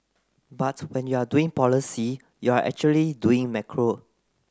but when you are doing policy you're actually doing macro